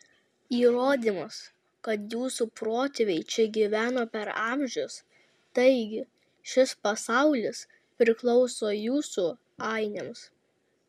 įrodymas kad jūsų protėviai čia gyveno per amžius taigi šis pasaulis priklauso jų ainiams